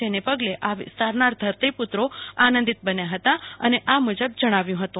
જેને પગલે આ વિસ્તારના ધરતીપુત્રો આનંદિત બન્યા હતા અને આ મુજબ જણાવ્યું હતું